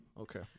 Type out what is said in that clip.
okay